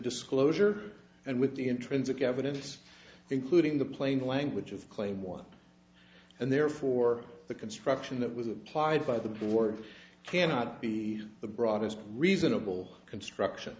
disclosure and with the intrinsic evidence including the plain language of claim one and therefore the construction that was applied by the board cannot be the broadest reasonable construction